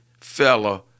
fella